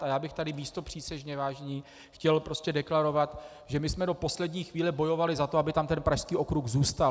A já bych tady místopřísežně, vážení, chtěl prostě deklarovat, že my jsme do poslední chvíle bojovali za to, aby tam ten Pražský okruh zůstal.